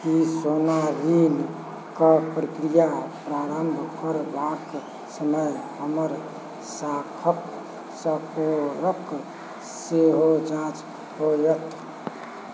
की सोना ऋणके प्रक्रिया प्रारम्भ करबाक समय हमर शाखक स्कोरक सेहो जाँच होयत